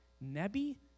Nebi